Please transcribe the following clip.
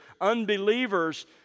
unbelievers